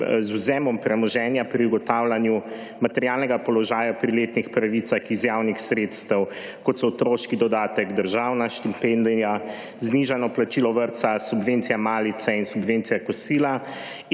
z odvzemom premoženja pri ugotavljanju materialnega položaja pri letnih pravicah iz javnih sredstev, kot so otroški dodatek, državna štipendija, znižano plačilo vrtca, subvencija malice in subvencija kosila